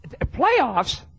Playoffs